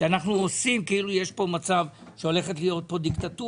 בכך שאנחנו עושים כאילו יש פה מצב שהולכת להיות דיקטטורה.